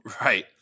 Right